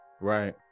Right